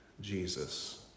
Jesus